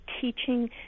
teaching